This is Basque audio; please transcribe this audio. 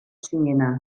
zinena